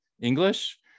English